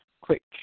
quick